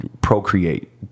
procreate